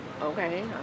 okay